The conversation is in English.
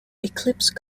eclipse